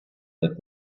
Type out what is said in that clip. that